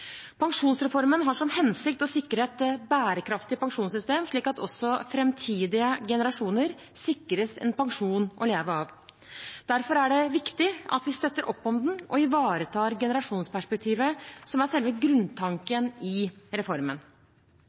Pensjonsreformen har som hensikt å sikre et bærekraftig pensjonssystem slik at også framtidige generasjoner sikres en pensjon å leve av. Derfor er det viktig at vi støtter opp om den og ivaretar generasjonsperspektivet, som er selve grunntanken i reformen.